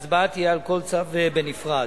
תהיה על כל צו בנפרד.